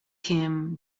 him